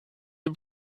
the